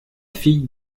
fille